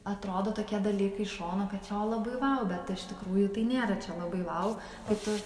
atrodo tokie dalykai iš šono kad čia o labai vau bet iš tikrųjų tai nėra čia labai vau o tu